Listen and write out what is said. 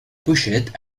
pochette